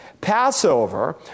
Passover